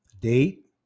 date